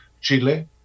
Chile